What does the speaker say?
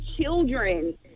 children